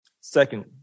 Second